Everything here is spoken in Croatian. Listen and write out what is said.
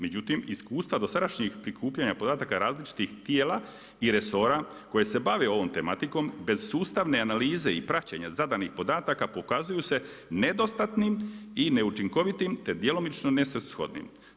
Međutim, iskustva dosadašnjih prikupljanja podataka različitih tijela i resora koji se bave ovom tematikom, bez sustavne analize i praćenja zadanih podataka pokazuju se nedostatnim i neučinkovitim te djelomično nesvrsishodnim.